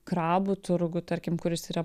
krabų turgų tarkim kuris yra